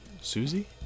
Susie